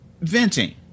Venting